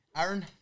Aaron